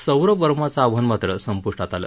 सौरभ वर्माचं आव्हान मात्र संपुष्टात आलं